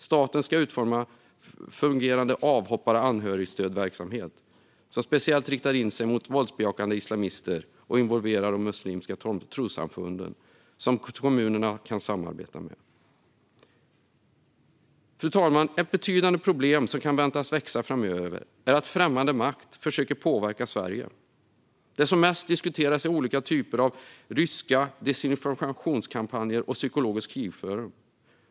Staten ska utforma fungerande avhoppar och anhörigstödverksamhet som inriktar sig speciellt på våldsbejakande islamister och som involverar de muslimska trossamfunden, som kommunerna kan samarbeta med. Fru talman! Ett betydande problem som kan väntas växa framöver är att främmande makt försöker påverka Sverige. Det som mest diskuteras är olika typer av ryska desinformationskampanjer och psykologisk krigföring.